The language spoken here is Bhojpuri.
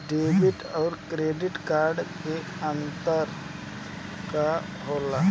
डेबिट और क्रेडिट कार्ड मे अंतर का होला?